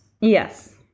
Yes